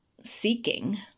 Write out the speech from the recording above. seeking